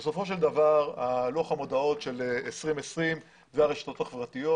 שבסופו של דבר לוח המודעות של 2020 אלה הן הרשתות החברתיות.